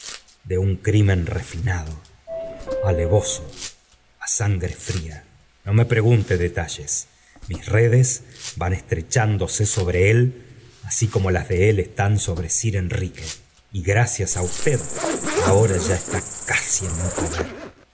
de un crimen refinado alevoso á sangre fría no me pregunte detalles mis redes van estrechándose sobre así como las de él están sobre sir enrique y gracias á usted ahora ya está casi en mi poder